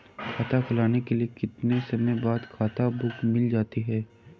खाता खुलने के कितने समय बाद खाता बुक मिल जाती है?